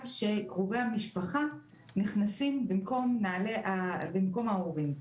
שקרובי המשפחה נכנסים במקום ההורים.